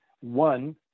one